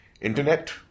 internet